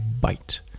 Bite